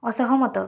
ଅସହମତ